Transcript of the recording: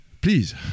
please